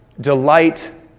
delight